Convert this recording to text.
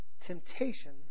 Temptation